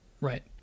right